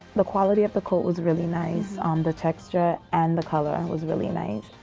the quality of the coat was really nice. um the texture and the color was really nice.